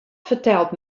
fertelt